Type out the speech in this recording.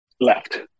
left